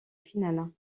finale